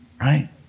right